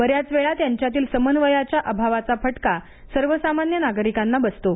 बऱ्याच वेळा त्यांच्यातील समन्वयाच्या अभावाचा फटका सर्वसामान्य नागरिकांना बसतो